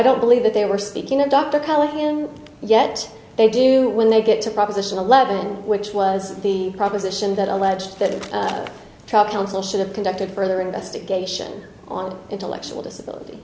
don't believe that they were speaking of dr kelly yet they do when they get to proposition eleven which was the proposition that alleged that the truck council should have conducted further investigation on intellectual disability